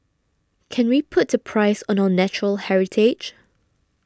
can we put a price on our natural heritage